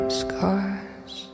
scars